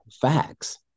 facts